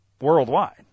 worldwide